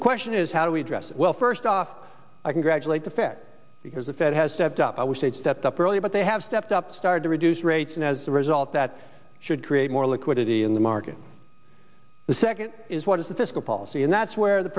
the question is how do we address it well first off i congratulate the fed because the fed has stepped up our state stepped up earlier but they have stepped up started to reduce rates and as a result that should create more liquidity in the market the second is what is the fiscal policy and that's where the